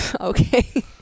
Okay